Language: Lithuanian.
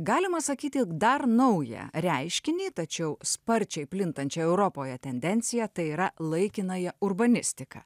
galima sakyti dar naują reiškinį tačiau sparčiai plintančią europoje tendenciją tai yra laikinąją urbanistiką